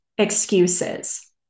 excuses